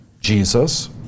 Jesus